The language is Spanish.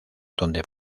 donde